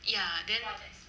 ya then